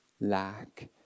lack